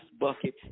bucket